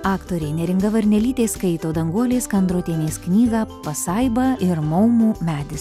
aktorė neringa varnelytė skaito danguolės kandrotienės knygą pasaiba ir